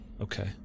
Okay